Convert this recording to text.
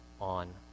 on